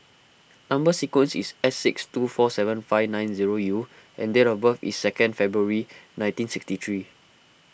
Number Sequence is S six two four seven five nine zero U and date of birth is second February nineteen sixty three